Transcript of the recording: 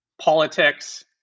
politics